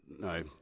no